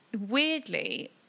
weirdly